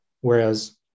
whereas